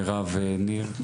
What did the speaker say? מרב ניר,